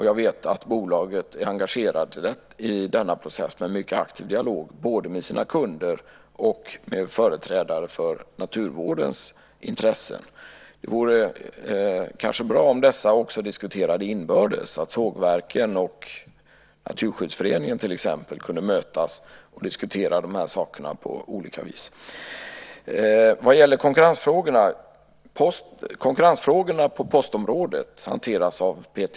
Jag vet att bolaget är engagerat i denna process med en mycket aktiv dialog både med sina kunder och med företrädare för naturvårdens intressen. Det vore kanske bra om dessa också diskuterade inbördes, att sågverken och Naturskyddsföreningen till exempel kunde mötas och diskutera de här sakerna på olika vis. Konkurrensfrågorna på postområdet hanteras av PTS.